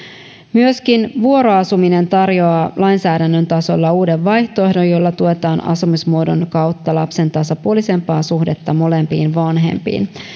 myöskin vuoroasuminen tarjoaa lainsäädännön tasolla uuden vaihtoehdon jolla tuetaan asumismuodon kautta lapsen tasapuolisempaa suhdetta molempiin vanhempiin